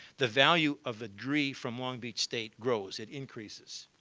the value of a degree from long beach state grows. it increases.